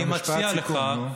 אתם סוגרים אופקים.